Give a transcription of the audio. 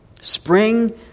Spring